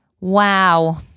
Wow